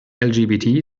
lgbt